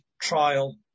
trial